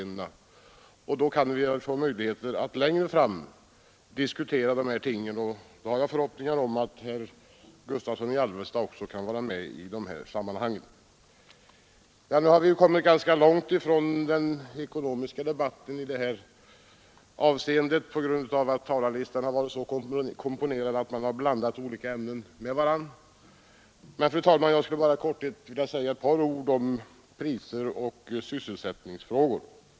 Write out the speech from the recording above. Det finns alltså möjligheter att ta upp den här debatten på nytt, och jag har förhoppningen att herr Gustavsson i Alvesta också kan vara med i det sammanhanget. Nu har vi kommit ganska långt ifrån den ekonomiska debatten på grund av att talarlistan komponerats så att olika ämnen blandats med varandra. Jag skulle vilja säga ett par ord om priser och sysselsättning.